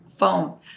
phone